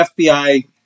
FBI